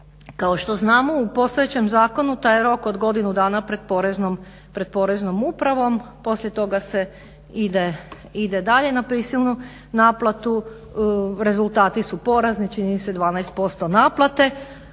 Kao što znamo u postojećem zakonu taj rok od godinu dana pred poreznom upravom, poslije toga se ide dalje na prisilnu naplatu, rezultati su porazni, čini mi se 12% naplate.